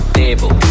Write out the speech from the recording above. table